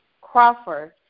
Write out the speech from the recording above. Crawford